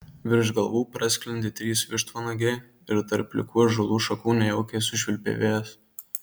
virš galvų prasklendė trys vištvanagiai ir tarp plikų ąžuolų šakų nejaukiai sušvilpė vėjas